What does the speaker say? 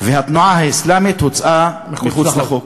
והתנועה האסלאמית הוצאה מחוץ לחוק.